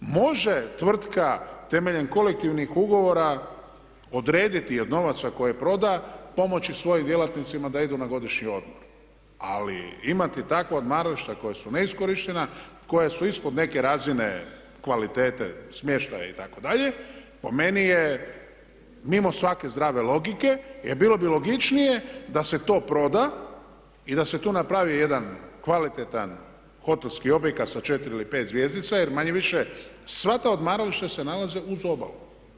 Može tvrtka temeljem kolektivnih ugovora odrediti od novaca koje proda pomoći svojim djelatnicima da idu na godišnji odmor ali imati takva odmarališta koja su ne iskorištena, koja su ispod neke razine kvalitete smještaja itd., po meni je mimo svake zdrave logike jer bilo bi logičnije da se to proda i da se tu napravi jedan kvalitetan hotelski objekat sa 4 ili 5 zvjezdica jer manje-više sva ta odmarališta se nalaze uz obalu.